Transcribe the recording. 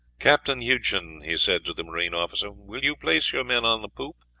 captain hugeson, he said to the marine officer, will you place your men on the poop,